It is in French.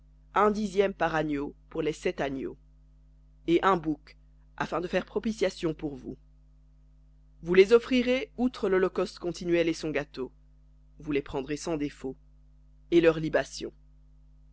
un dixième par agneau pour les sept agneaux et un bouc afin de faire propitiation pour vous vous les offrirez outre l'holocauste continuel et son gâteau vous les prendrez sans défaut et leurs libations